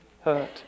hurt